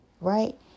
right